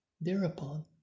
Thereupon